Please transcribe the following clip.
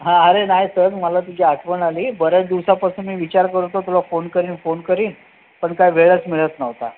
हां अरे नाही सहज मला तुझी आठवण आली बऱ्याच दिवसांपासून मी विचार करतो तुला फोन करीन फोन करीन पण काही वेळच मिळत नव्हता